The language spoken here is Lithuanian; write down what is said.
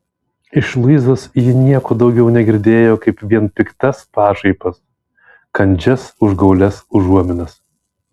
iš luizos ji nieko daugiau negirdėjo kaip vien piktas pašaipas kandžias užgaulias užuominas